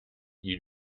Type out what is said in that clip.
you